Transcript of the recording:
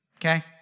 Okay